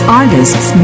artists